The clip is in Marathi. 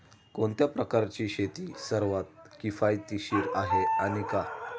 कोणत्या प्रकारची शेती सर्वात किफायतशीर आहे आणि का?